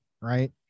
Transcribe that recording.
right